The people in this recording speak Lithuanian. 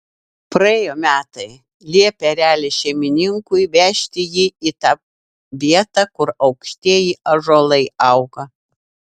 praėjo metai liepė erelis šeimininkui vežti jį į tą vietą kur aukštieji ąžuolai auga